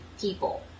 people